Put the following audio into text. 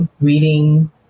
reading